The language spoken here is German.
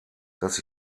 dass